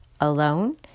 Alone